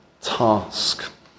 task